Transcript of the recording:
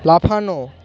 লাফানো